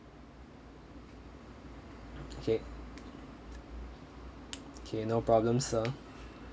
okay okay no problem sir